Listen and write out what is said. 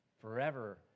forever